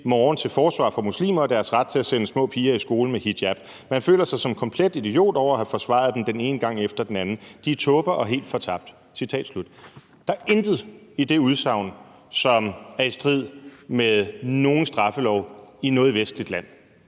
Der er intet i det udsagn, som er i strid med nogen straffelov i noget vestligt land.